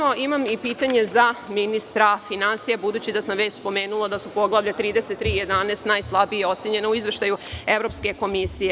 Imam i pitanje za ministra finansija, budući da sam već pomenula da su poglavlja 33 i 11 najslabije ocenjena u izveštaju Evropske komisije.